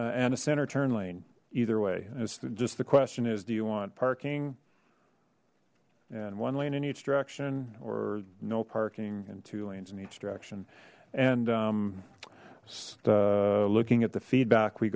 h and a center turn lane either way it's just the question is do you want parking and one lane in each direction or no parking and two lanes in each direction and looking at the feedback we